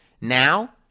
Now